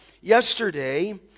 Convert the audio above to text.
yesterday